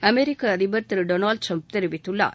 அமெரிக்க அதிபர் திரு Donald Trump தெரிவித்துள்ளார்